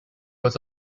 was